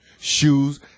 Shoes